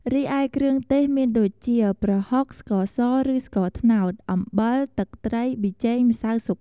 រីឯ គ្រឿងទេស មានដូចជា ប្រហុក ស្ករស ឬស្ករត្នោត អំបិល ទឹកត្រី ប៊ីចេង ម្សៅស៊ុប។